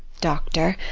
doctor,